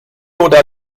oder